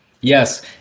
Yes